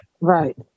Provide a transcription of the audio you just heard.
Right